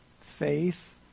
faith